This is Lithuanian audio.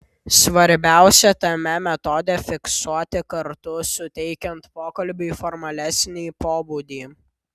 svarbiausia tame metode fiksuoti kartu suteikiant pokalbiui formalesnį pobūdį